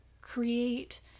create